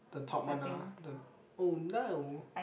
the top one ah the oh no